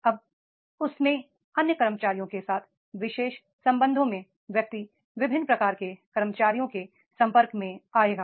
अब उस में अन्य कर्मचारियों के साथ विशेष संबंधों में व्यक्ति विभिन्न प्रकार के कर्मचारियों के सम्पर्क में आएगा